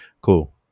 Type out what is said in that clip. Cool